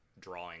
drawing